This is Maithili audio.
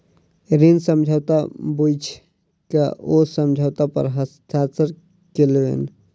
ऋण समझौता बुइझ क ओ समझौता पर हस्ताक्षर केलैन